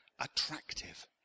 attractive